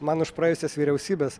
man už praėjusias vyriausybes